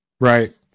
right